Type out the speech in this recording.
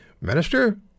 Minister